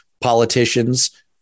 politicians